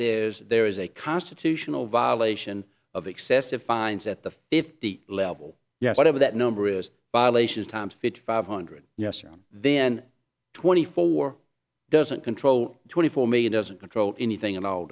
is there is a constitutional violation of excessive fines at the fifty level yes whatever that number is violations times fifty five hundred yes or no then twenty four doesn't control twenty four million doesn't control anything at all